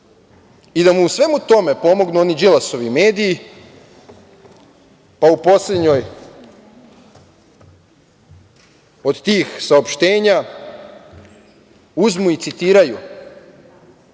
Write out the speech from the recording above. čuje. U svemu tome mu pomognu oni Đilasovi mediji, pa u poslednjoj od tih saopštenja uzmu i citiraju